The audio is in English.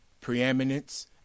preeminence